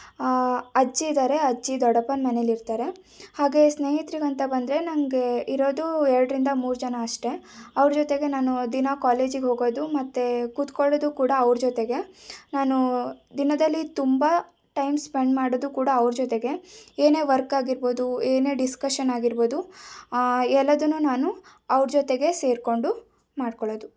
ಅಜ್ಜಿ ಇದ್ದಾರೆ ಅಜ್ಜಿ ದೊಡಪ್ಪನ ಮನೇಲಿ ಇರ್ತಾರೆ ಹಾಗೆ ಸ್ನೇಹಿತರಿಗೆ ಅಂತ ಬಂದರೆ ನನಗೆ ಇರೋದು ಎರಡರಿಂದ ಮೂರು ಜನ ಅಷ್ಟೇ ಅವರ ಜೊತೆಗೆ ನಾನು ದಿನ ಕಾಲೇಜಿಗೆ ಹೋಗೋದು ಮತ್ತು ಕುತ್ಕೊಳ್ಳೋದು ಕೂಡ ಅವರ ಜೊತೆಗೆ ನಾನು ದಿನದಲ್ಲಿ ತುಂಬ ಟೈಮ್ ಸ್ಪೆಂಡ್ ಮಾಡೋದು ಕೂಡ ಅವರ ಜೊತೆಗೆ ಏನೇ ವರ್ಕಾಗಿರ್ಬೋದು ಏನೇ ಡಿಸ್ಕಶನ್ ಆಗಿರ್ಬೋದು ಎಲ್ಲವನ್ನೂ ನಾನು ಅವರ ಜೊತೆಗೆ ಸೇರಿಕೊಂಡು ಮಾಡ್ಕೊಳ್ಳೋದು